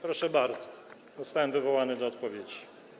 Proszę bardzo, zostałem wywołany do odpowiedzi.